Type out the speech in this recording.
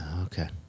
okay